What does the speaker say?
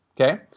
okay